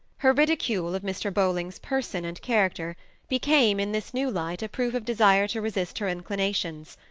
her ridicule of mr. bowling's person and character became, in this new light, a proof of desire to resist her inclinations.